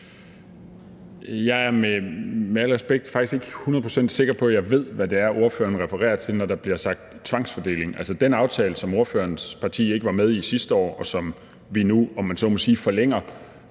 Jeg er med al respekt faktisk ikke hundrede pct. sikker på, at jeg ved, hvad det er, ordføreren refererer til, når der bliver sagt tvangsfordeling. Altså, den aftale, som ordførerens parti ikke var med i sidste år, og som vi nu, om man så må sige, forlænger,